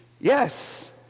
Yes